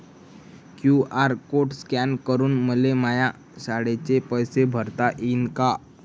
QR code scan करून मले माया शाळेचे पैसे भरता येईन का?